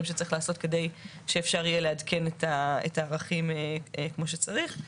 שצריך לעשות כדי שאפשר יהיה לעדכן את הערכים כמו שצריך.